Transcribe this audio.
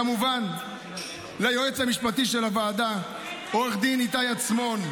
כמובן ליועץ המשפטי של הוועדה עו"ד איתי עצמון,